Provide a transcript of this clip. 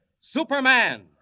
Superman